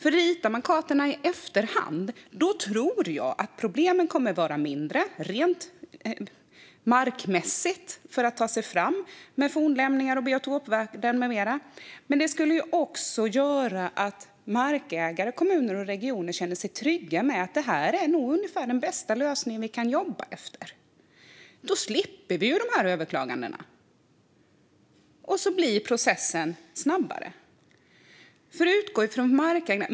Ritar man kartorna i efterhand tror jag att problemen kommer att vara mindre rent markmässigt när det gäller att ta sig fram med fornlämningar, biotopvärden med mera. Det skulle också göra att markägare, kommuner och regioner känner sig trygga med att detta nog är den bästa lösning de kan jobba efter. Då slipper vi de här överklagandena, och processen blir snabbare.